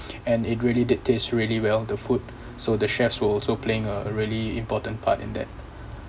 and it really did taste really well the food so the chefs were also playing a really important part in that